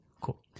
Cool